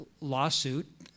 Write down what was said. lawsuit